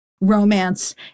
romance